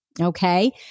okay